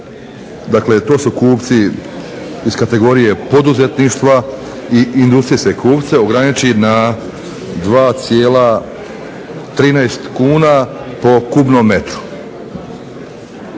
dakle to su kupci iz kategorije poduzetništva i industrijske kupce ograniči na 2,13 kuna po kubnom metru.